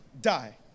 die